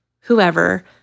whoever